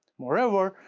moreover,